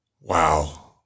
Wow